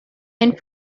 and